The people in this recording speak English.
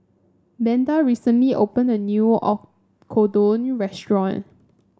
Beda recently opened a new Oyakodon restaurant